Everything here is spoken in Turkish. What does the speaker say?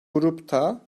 grupta